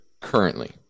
currently